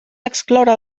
excloure